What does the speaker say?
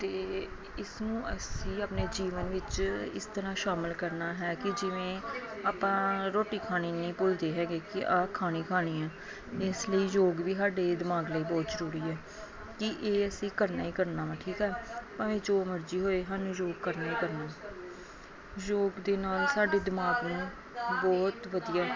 ਅਤੇ ਇਸਨੂੰ ਅਸੀਂ ਆਪਣੇ ਜੀਵਨ ਵਿੱਚ ਇਸ ਤਰ੍ਹਾਂ ਸ਼ਾਮਿਲ ਕਰਨਾ ਹੈ ਕਿ ਜਿਵੇਂ ਆਪਾਂ ਰੋਟੀ ਖਾਣੀ ਨਹੀਂ ਭੁਲਦੇ ਹੈਗੇ ਕਿ ਆਹ ਖਾਣੀ ਖਾਣੀ ਆ ਇਸ ਲਈ ਯੋਗ ਵੀ ਸਾਡੇ ਦਿਮਾਗ ਲਈ ਬਹੁਤ ਜ਼ਰੂਰੀ ਹੈ ਕਿ ਇਹ ਅਸੀਂ ਕਰਨਾ ਹੀ ਕਰਨਾ ਵਾ ਠੀਕ ਆ ਭਾਵੇਂ ਜੋ ਮਰਜ਼ੀ ਹੋਏ ਸਾਨੂੰ ਯੋਗ ਕਰਨਾ ਹੀ ਕਰਨਾ ਯੋਗ ਦੇ ਨਾਲ ਸਾਡੇ ਦਿਮਾਗ ਨੂੰ ਬਹੁਤ ਵਧੀਆ